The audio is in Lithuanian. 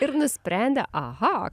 ir nusprendė aha